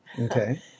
Okay